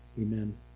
amen